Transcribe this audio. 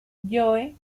joe